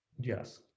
Yes